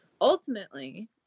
ultimately